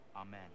amen